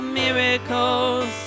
miracles